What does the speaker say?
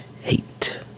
hate